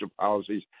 policies